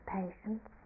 patience